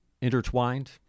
intertwined